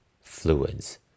fluids